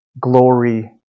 glory